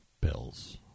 Bills